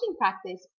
practice